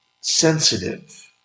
sensitive